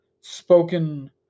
spoken